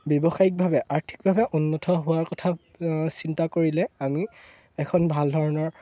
ব্যৱসায়িকভাৱে আৰ্থিকভাৱে উন্নত হোৱাৰ কথা চিন্তা কৰিলে আমি এখন ভাল ধৰণৰ